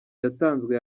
yatanzwe